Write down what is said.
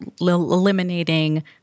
eliminating